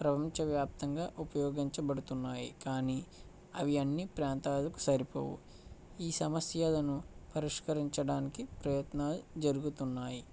ప్రపంచవ్యాప్తంగా ఉపయోగించబడుతున్నాయి కానీ అవి అన్ని ప్రాంతాలకు సరిపోవు ఈ సమస్యలను పరిష్కరించడానికి ప్రయత్నాలు జరుగుతున్నాయి